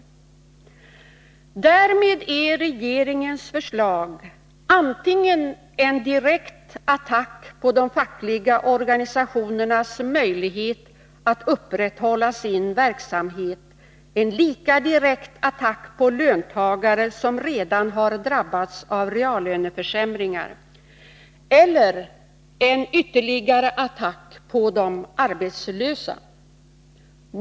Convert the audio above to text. Därmed är regeringens förslag antingen en direkt attack mot de fackliga organisationernas möjlighet att upprätthålla sin verksamhet och en lika direkt attack mot löntagare som redan har drabbats av reallöneförsämringar eller ännu en attack mot de arbetslösa.